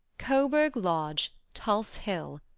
coburg lodge, tulse hill.